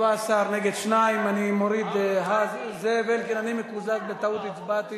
17, נגד, 2. זאב אלקין, אני מקוזז, בטעות הצבעתי.